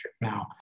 Now